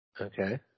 Okay